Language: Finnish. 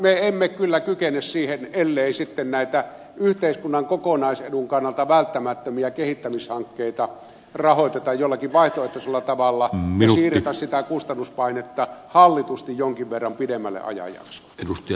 me emme kyllä kykene siihen ellei sitten näitä yhteiskunnan kokonaisedun kannalta välttämättömiä kehittämishankkeita rahoiteta jollakin vaihtoehtoisella tavalla ja siirretä sitä kustannuspainetta hallitusti jonkin verran pidemmälle ajanjaksolle